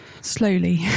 slowly